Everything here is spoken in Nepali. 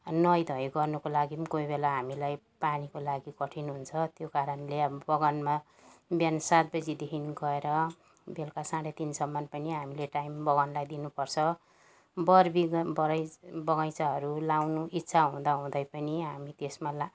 नुवाई धुवाई गर्नुको लागि कोही बेला हामीलाई पानीको लागि कठिन हुन्छ त्यो कारणले अब बगानमा बिहान सात बजीदेखि गएर बेलुका साढे तिनसम्म पनि हामीले टाइम बगानलाई दिनु पर्छ बोट बिरुवा बरै बगैँचाहरू लगाउनु इच्छा हुँदा हुँदै पनि हामी त्यसमा ला